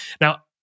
Now